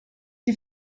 die